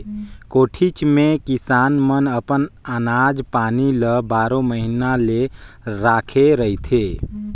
कोठीच मे किसान मन अपन अनाज पानी मन ल बारो महिना ले राखे रहथे